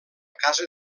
casa